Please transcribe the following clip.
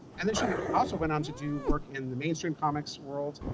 and then she also went on to do work in the mainstream comics world,